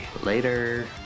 Later